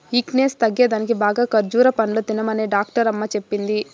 weakness తగ్గేదానికి బాగా ఖజ్జూర పండ్లు తినమనే డాక్టరమ్మ చెప్పింది